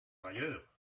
ailleurs